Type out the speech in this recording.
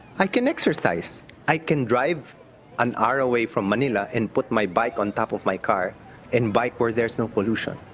i can exercise i can drive an hour away from manila and put my bike on top of my car and bike where there's no pollution.